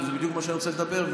וזה בדיוק מה שאני רוצה לדבר עליו,